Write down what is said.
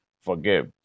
forgive